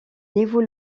niveau